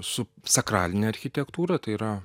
su sakraline architektūra tai yra